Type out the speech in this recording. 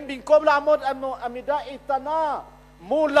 במקום לעמוד עמידה איתנה מולם,